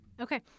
Okay